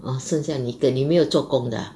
orh 剩下你一个你没有做工的 ah